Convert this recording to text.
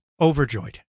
overjoyed